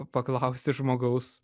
paklausti žmogaus